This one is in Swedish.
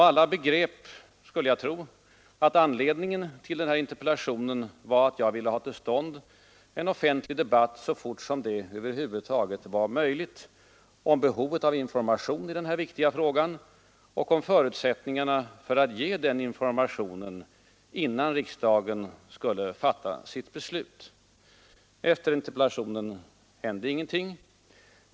Alla begrep, skulle jag tro, att anledningen till denna interpellation var att jag ville få till stånd en offentlig debatt så fort som det över huvud taget var möjligt om behovet av information i denna viktiga fråga och om förutsättningarna för att ge denna information innan riksdagen skulle fatta sitt beslut. Efter interpellationen hände ingenting.